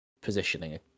positioning